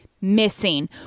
missing